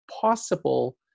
possible